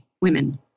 women